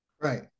Right